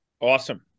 Awesome